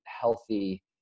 healthy